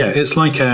it's like